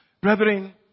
Brethren